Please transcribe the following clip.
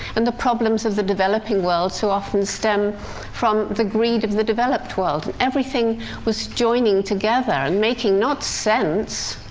and the problems of the developing world so often stem from the greed of the developed world, and everything was joining together, and making not sense,